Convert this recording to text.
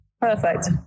Perfect